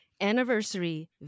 anniversary